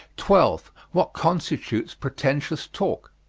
twelve. what constitutes pretentious talk?